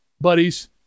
buddies